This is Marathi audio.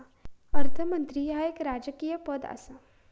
अर्थमंत्री ह्या एक राजकीय पद आसा